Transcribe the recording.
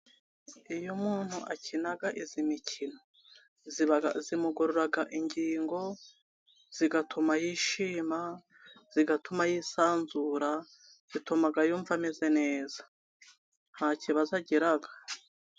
Iyo umuntu akina iyi mikino imugorora ingingo, igatuma yishima, igatuma yisanzura, ituma yumva ameze neza nta kibazo agira.